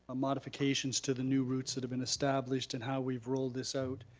modifications to the new routes that have been established and how we've rolled this out.